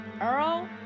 earl